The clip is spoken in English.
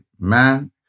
Man